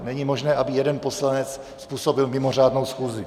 Není možné, aby jeden poslanec způsobil mimořádnou schůzi.